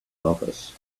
office